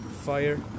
fire